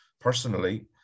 personally